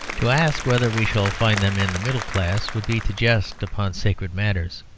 to ask whether we shall find them in the middle class would be to jest upon sacred matters.